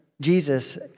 Jesus